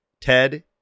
Ted